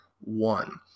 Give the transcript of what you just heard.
one